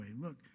Look